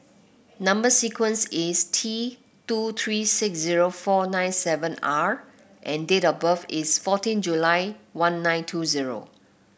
number sequence is T two three six zero four nine seven R and date of birth is fourteen July one nine two zero